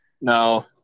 no